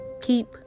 Keep